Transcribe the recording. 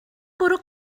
bwrw